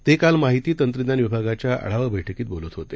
तेकालमाहितीतंत्रज्ञानविभागाच्याआढावाबैठकीतबोलतहोते